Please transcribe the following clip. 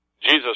Jesus